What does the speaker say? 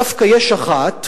דווקא יש אחת,